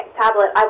tablet